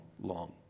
long